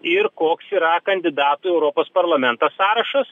ir koks yra kandidatų į europos parlamentą sąrašas